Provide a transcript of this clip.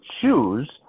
choose